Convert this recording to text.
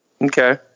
okay